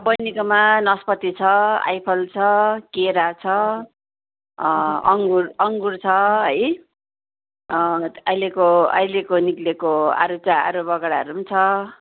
बहिनीकोमा नस्पती छ आइफल छ केरा छ अङ्गुर अङ्गुर छ है अहिलेको अहिलेको निस्केको आरुचा आरुबगडाहरू पनि छ